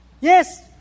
Yes